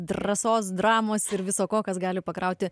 drąsos dramos ir viso ko kas gali pakrauti